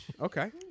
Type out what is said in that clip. Okay